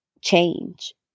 change